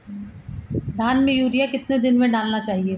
धान में यूरिया कितने दिन में डालना चाहिए?